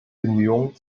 bemühungen